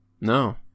No